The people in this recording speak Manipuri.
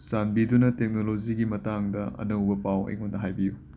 ꯆꯥꯟꯕꯤꯗꯨꯅ ꯇꯦꯛꯅꯣꯂꯣꯖꯤꯒꯤ ꯃꯇꯥꯡꯗ ꯑꯅꯧꯕ ꯄꯥꯎ ꯑꯩꯉꯣꯟꯗ ꯍꯥꯏꯕꯤꯌꯨ